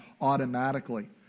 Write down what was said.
automatically